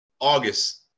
August